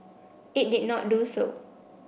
it did not do so